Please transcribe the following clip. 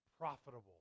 Profitable